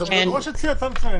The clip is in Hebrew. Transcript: סבלנות.